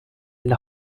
una